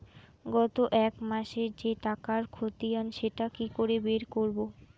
গত এক মাসের যে টাকার খতিয়ান সেটা কি করে বের করব?